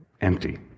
empty